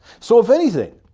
so if anything,